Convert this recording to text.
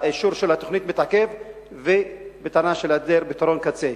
האישור של התוכנית מתעכב בטענה של היעדר פתרון קצה.